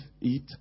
eat